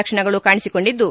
ಲಕ್ಷಣಗಳು ಕಾಣಿಸಿಕೊಂಡಿದ್ದು